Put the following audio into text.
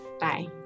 Bye